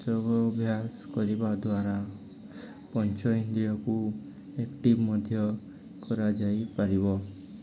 ଯୋଗ ଅଭ୍ୟାସ କରିବା ଦ୍ୱାରା ପଞ୍ଚଇନ୍ଦ୍ରିୟକୁ ଆକ୍ଟିଭ୍ ମଧ୍ୟ କରାଯାଇପାରିବ